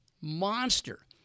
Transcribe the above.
monster